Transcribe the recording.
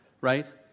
right